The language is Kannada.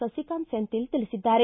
ಸುಕಾಂತ್ ಸೆಂಥಿಲ್ ತಿಳಿಸಿದ್ದಾರೆ